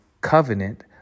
covenant